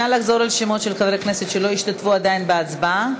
נא לחזור על שמות חברי הכנסת שלא השתתפו עדיין בהצבעה.